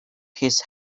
his